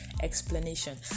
explanation